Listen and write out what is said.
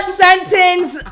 sentence